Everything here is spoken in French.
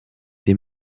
des